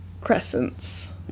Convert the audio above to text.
crescents